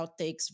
outtakes